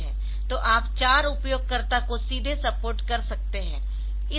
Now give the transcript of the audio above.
तो आप चार उपयोगकर्ताओं को सीधे सपोर्ट कर सकते है